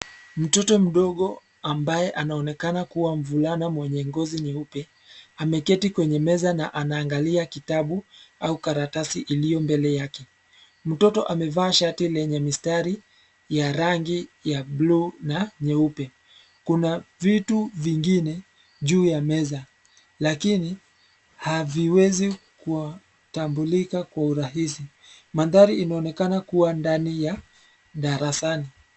Mtoto mdogo ambaye anaonekana kuwa mvulana mwenye ngozi nyeupe, ameketi kwenye meza na anaangalia kitabu au karatasi iliyo mbele yake. Mtoto amevaa shati lenye mistari ya rangi ya buluu na nyeupe. Kuna vitu vingine juu ya meza lakini haviwezi kutambulika kwa urahisi. Mandhari inaonekana kuwa ndani ya darasani.